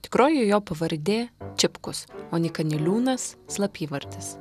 tikroji jo pavardė čipkus o nyka niliūnas slapyvardis